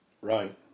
right